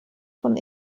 von